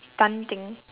tongue thing